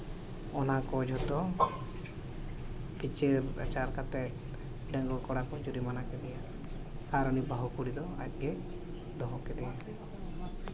ᱚᱱᱟᱠᱚ ᱡᱚᱛᱚ ᱵᱤᱪᱟᱹᱨ ᱟᱪᱟᱨ ᱠᱟᱛᱮᱫ ᱰᱟᱺᱜᱩᱣᱟᱹ ᱠᱚᱲᱟ ᱠᱚ ᱡᱩᱨᱤᱢᱟᱱᱟ ᱠᱮᱫᱮᱭᱟ ᱟᱨ ᱩᱱᱤ ᱵᱟᱹᱦᱩ ᱠᱩᱲᱤ ᱫᱚ ᱟᱡ ᱜᱮ ᱫᱚᱦᱚ ᱠᱮᱫᱮᱭᱟᱭ